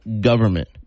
government